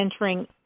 entering